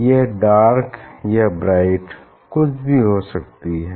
यह डार्क या ब्राइट कुछ भी हो सकती है